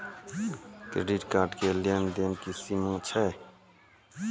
Credit card के लेन देन के की सीमा छै?